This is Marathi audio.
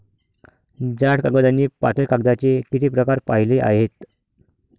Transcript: जाड कागद आणि पातळ कागदाचे किती प्रकार पाहिले आहेत?